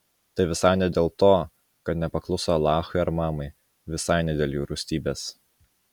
tai visai ne dėl to kad nepakluso alachui ar mamai visai ne dėl jų rūstybės